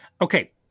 Okay